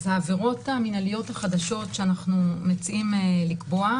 אז העבירות המינהליות החדשות שאנחנו מציעים לקבוע,